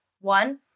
one